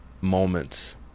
moments